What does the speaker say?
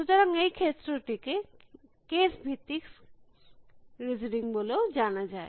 সুতরাং এই ক্ষেত্রটিকে কেস ভিত্তিক শ্রবণ বলেও জানা যায়